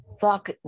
fuck